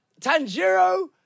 Tanjiro